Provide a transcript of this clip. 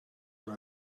are